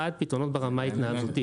אחד, פתרונות ברמה ההתנהגותית.